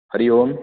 Hari Om